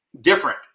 different